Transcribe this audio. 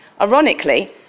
Ironically